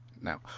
Now